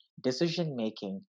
decision-making